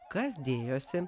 kas dėjosi